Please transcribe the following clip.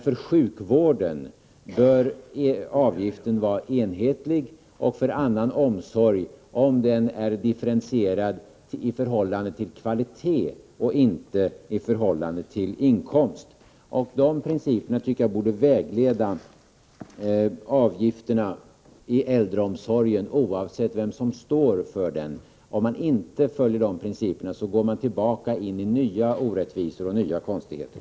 För sjukvården bör avgiften vara enhetlig, och även för annan omsorg, om den är differentierad i förhållande till kvalitet och inte i förhållande till inkomst. Dessa principer tycker jag borde vara vägledande när det gäller avgifterna inom äldreomsorgen, oavsett vem står för den. Om man inte följer de principerna går man tillbaka och hamnar i nya orättvisor och nya konstigheter.